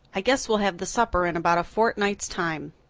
i guess we'll have the supper in about a fortnight's time.